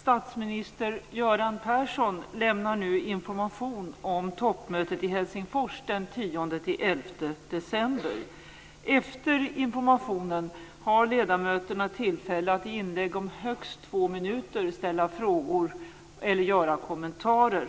Statsminister Göran Persson lämnar nu information om toppmötet i Helsingfors den 10 och 11 december. Efter informationen har ledamöterna tillfälle att i inlägg om högst två minuter ställa frågor eller göra kommentarer.